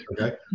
Okay